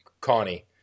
Connie